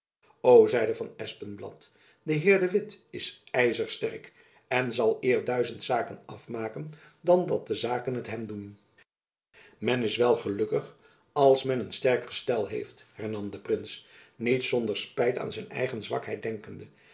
zeide van espenblad de heer de witt is ijzersterk en zal eer duizend zaken afmaken dan dat de zaken t hem doen men is wel gelukkig als men een sterk gestel heeft hernam de prins niet zonder spijt aan zijn eigen zwakheid denkende